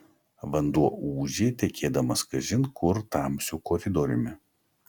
vanduo ūžė tekėdamas kažin kur tamsiu koridoriumi